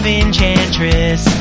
enchantress